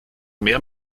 mehr